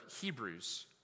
Hebrews